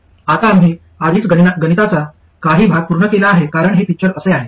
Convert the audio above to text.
आता आम्ही आधीच गणिताचा काही भाग पूर्ण केला आहे कारण हे पिक्चर असे आहे